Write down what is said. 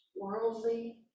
worldly